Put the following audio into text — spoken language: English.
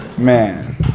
Man